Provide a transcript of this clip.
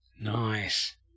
Nice